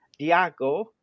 Diago